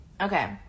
Okay